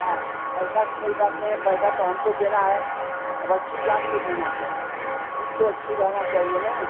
हाँ पैसा के कोई बात नहीं है पैसा तो हमको देना है अब अच्छी जाँच के देना है तो चीज तो अच्छी रहना चाहिए ना